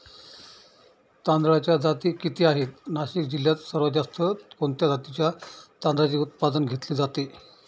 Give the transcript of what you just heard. तांदळाच्या जाती किती आहेत, नाशिक जिल्ह्यात सर्वात जास्त कोणत्या जातीच्या तांदळाचे उत्पादन घेतले जाते?